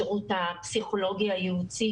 השירות הפסיכולוגי הייעוצי,